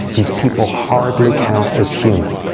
these people hardly count as human.